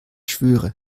schwöre